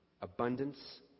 abundance